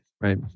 right